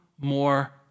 more